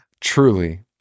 Truly